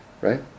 right